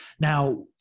Now